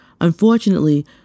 Unfortunately